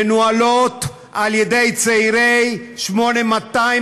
מנוהלים על ידי צעירי 8200,